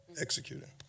executing